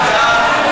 וקנין,